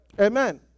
Amen